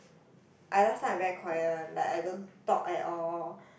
I last time I very quiet like I don't talk at all